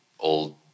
old